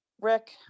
Rick